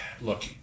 look